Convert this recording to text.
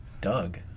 Doug